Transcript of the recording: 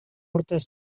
urtez